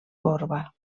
corba